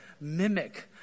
mimic